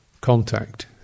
Contact